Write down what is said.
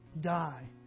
die